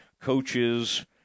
coaches